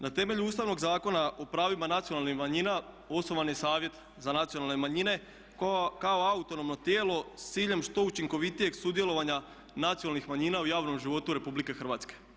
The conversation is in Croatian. Na temelju Ustavnog zakona o pravima nacionalnih manjina osnovan je Savjet za nacionalne manjine kao autonomno tijelo s ciljem što učinkovitijeg sudjelovanja nacionalnih manjina u javnom životu Republike Hrvatske.